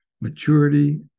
Maturity